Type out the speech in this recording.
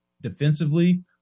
defensively